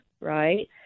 right